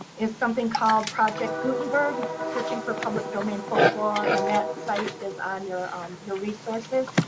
is something called project gutenberg, searching for public domain folklore, and that site is on your on your resources.